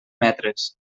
metres